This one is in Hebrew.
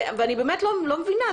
ואני באמת לא מבינה,